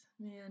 man